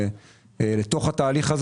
לתוך התהליך,